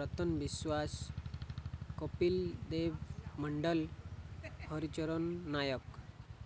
Ratan Biswas Kapil Dev Mandal Haricharan Nayak